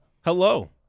hello